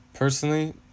Personally